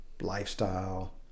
lifestyle